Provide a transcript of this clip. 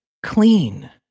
Clean